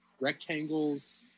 rectangles